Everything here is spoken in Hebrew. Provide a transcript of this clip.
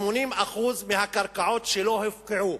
80% מהקרקעות שלו הופקעו.